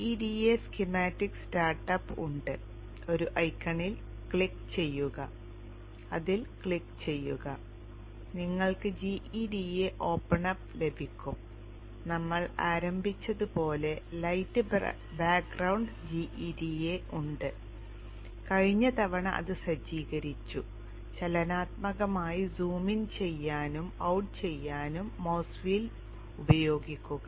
gEDA schematic start up ഉണ്ട് ഒരു ഐക്കണിൽ ക്ലിക്ക് ചെയ്യുക അതിൽ ക്ലിക്ക് ചെയ്യുക നിങ്ങൾക്ക് gEDA ഓപ്പൺ അപ്പ് ലഭിക്കും നമ്മൾ ആരംഭിച്ചതുപോലെ ലൈറ്റ് ബാക്ക്ഗ്രൌണ്ട് gEDA ഉണ്ട് കഴിഞ്ഞ തവണ അത് സജ്ജീകരിച്ചു ചലനാത്മകമായി സൂം ഇൻ ചെയ്യാനും ഔട്ട് ചെയ്യാനും മൌസ് വീൽ ഉപയോഗിക്കുക